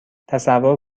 تصور